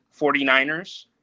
49ers